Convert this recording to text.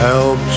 Help